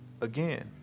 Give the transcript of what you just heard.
again